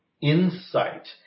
insight